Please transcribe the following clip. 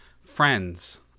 friends